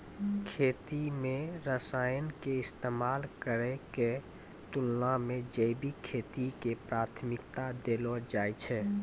खेती मे रसायन के इस्तेमाल करै के तुलना मे जैविक खेती के प्राथमिकता देलो जाय छै